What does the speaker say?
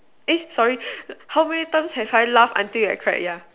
eh sorry how many times have I laughed until I cried yeah